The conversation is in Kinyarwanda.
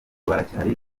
baracyari